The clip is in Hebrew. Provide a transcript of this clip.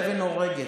אבן הורגת.